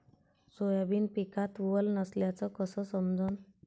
Soybean पिकात वल नसल्याचं कस समजन?